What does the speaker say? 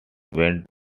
went